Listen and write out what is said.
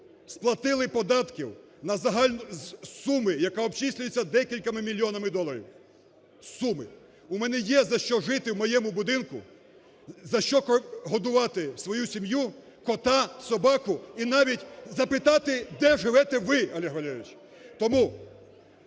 сплатили податків на загальну… з суми, яка обчислюється декількома мільйонами доларів. З суми. У мене є, за що жити у моєму будинку, за що годувати свою сім'ю, кота, собаку і навіть запитати, де живете ви, Олег Валерійович!